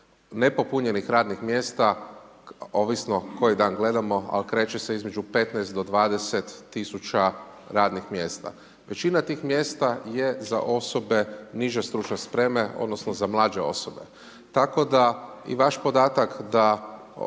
Nepopunjenih radnih mjesta, ovisno koji dan gledamo, ali kreće se između 15 do 20 000 radnih mjesta. Većina tih mjesta je za osobe niže stručne spreme, odnosno za mlađe osobe tako da i vaš podatak i